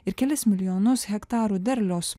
ir kelis milijonus hektarų derliaus